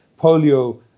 Polio